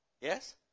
Yes